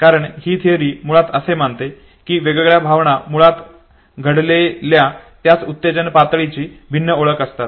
कारण ही थेअरी मुळात असे मानते की वेगवेगळ्या भावना मुळात घडलेल्या त्याच उत्तेजन पातळीची भिन्न ओळख असतात